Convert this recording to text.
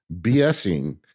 BSing